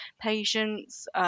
patients